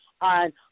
on